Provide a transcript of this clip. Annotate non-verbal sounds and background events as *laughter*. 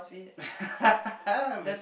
*laughs* miss